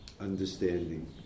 understanding